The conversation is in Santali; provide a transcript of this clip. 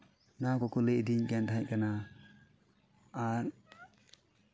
ᱱᱚᱣᱟ ᱠᱚ ᱠᱚ ᱞᱟᱹᱭ ᱤᱫᱭᱟᱹᱧ ᱛᱟᱦᱮᱸ ᱠᱟᱱᱟ ᱟᱨ